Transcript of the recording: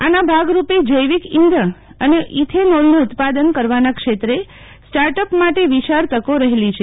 આના ભાગરૂપે જૈવિક ઈધણ અને ઈથેનોલનું ઉત્પાદન કરવાના ક્ષેત્રે સ્ટાર્ટ અપ માટે વિશાળ તકો રહેલી છે